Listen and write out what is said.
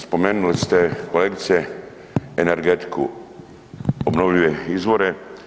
Spomenuli ste kolegice, energetiku, obnovljive izvore.